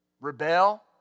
Rebel